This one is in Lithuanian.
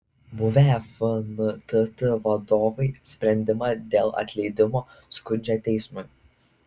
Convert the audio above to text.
buvę fntt vadovai sprendimą dėl atleidimo skundžia teismui